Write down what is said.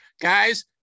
guys